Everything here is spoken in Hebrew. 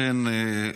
אכן,